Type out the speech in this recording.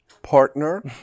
partner